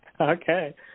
Okay